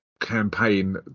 campaign